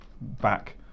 back